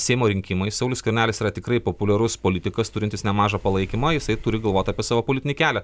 seimo rinkimai saulius skvernelis yra tikrai populiarus politikas turintis nemažą palaikymą jisai turi galvot apie savo politinį kelią